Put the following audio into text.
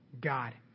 God